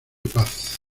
paz